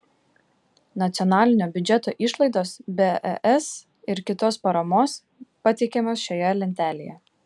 nacionalinio biudžeto išlaidos be es ir kitos paramos pateikiamos šioje lentelėje